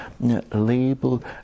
label